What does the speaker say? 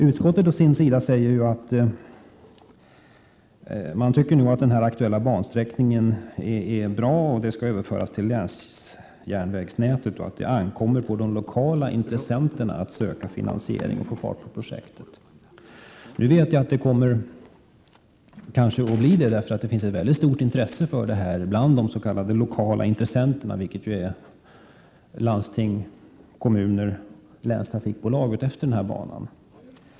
Utskottet å sin sida säger att man tycker att den nu aktuella bansträckningen är bra, att sträckan skall överföras till länsjärnvägsnätet och att det ankommer på de lokala intressenterna att söka finansiering och få fart på projektet. Jag vet att det kanske kommer att bli så, eftersom det finns ett stort intresse bland de s.k. lokala intressenterna, dvs. landsting, kommuner och länstrafikbolag, utefter denna bana.